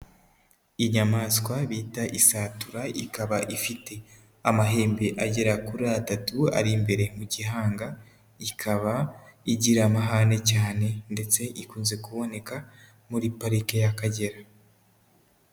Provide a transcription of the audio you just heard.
Inyamaswa bita isatura, ikaba ifite amahembe agera kuri atatu ari imbere mu gihanga, ikaba igira amahane cyane ndetse ikunze kuboneka muri parike y'Akagera.